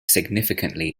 significantly